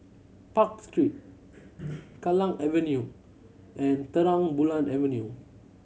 Park Street Kallang Avenue and Terang Bulan Avenue